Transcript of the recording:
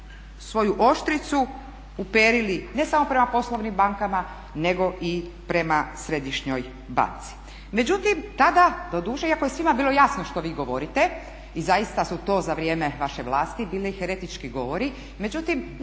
svoju oštricu uperili ne samo prema poslovnim bankama nego i prema središnjoj banci. Međutim tada doduše, iako je svima bilo jasno što vi govorite i zaista su to za vrijeme vaše vlasti bili heretički govori, međutim